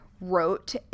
wrote